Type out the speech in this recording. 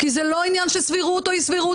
כי זה לא עניין של סבירות או אי סבירות,